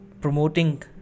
promoting